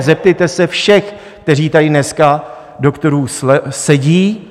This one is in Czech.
Zeptejte se všech, kteří tady dneska z doktorů sedí.